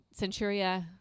Centuria